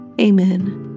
Amen